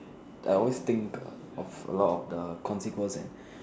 I always think of a lot of the consequence and